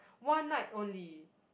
one night only